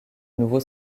nouveau